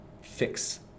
fix